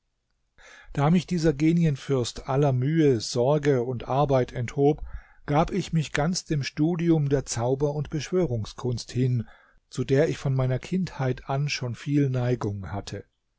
da mich dieser genienfürst aller mühe sorge und arbeit enthob gab ich mich ganz dem studium der zauber und beschwörungskunst hin zu der ich von meiner kindheit an schon viel neigung hatte